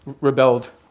rebelled